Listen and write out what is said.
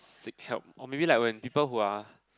seek help or maybe like when people who are